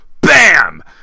BAM